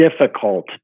difficult